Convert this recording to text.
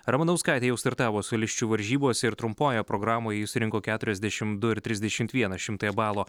ramanauskaitė jau startavo solisčių varžybose ir trumpojoje programoje ji surinko keturiasdešimt du ir trisdešimt vieną šimtąją balo